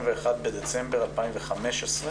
ב-21.12.2015.